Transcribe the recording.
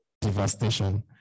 devastation